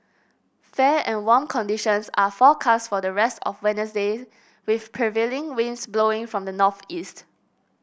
fair and warm conditions are forecast for the rest of Wednesday with prevailing winds blowing from the northeast